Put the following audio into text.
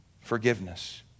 forgiveness